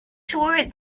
toward